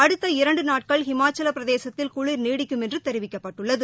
அடுத்த இரண்டு நாட்கள் இமாச்சலப்பிரதேசத்தில் குளிர் நீடிக்கும் என்று தெரிவிக்கப்பட்டுள்ளது